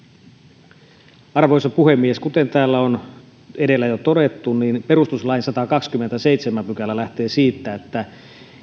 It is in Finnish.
arvoisa puhemies kuten täällä on edellä jo todettu niin perustuslain sadaskahdeskymmenesseitsemäs pykälä lähtee siitä että